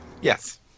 Yes